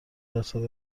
درصد